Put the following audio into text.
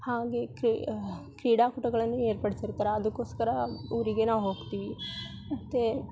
ಹಾಗೆ ಕ್ರೀಡಾಕೂಟಗಳನ್ನು ಏರ್ಪಡಿಸಿರ್ತಾರೆ ಅದುಕ್ಕೋಸ್ಕರ ಊರಿಗೆ ನಾವು ಹೋಗ್ತೀವಿ ಮತ್ತು